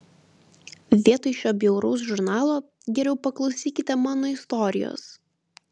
vietoj šio bjauraus žurnalo geriau paklausykite mano istorijos